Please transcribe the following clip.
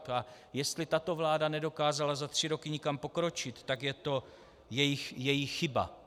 A jestli tato vláda nedokázala za tři roky někam pokročit, tak je to její chyba.